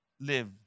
live